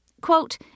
Quote